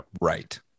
Right